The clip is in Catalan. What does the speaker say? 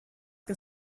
que